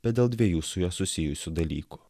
bet dėl dviejų su juo susijusių dalykų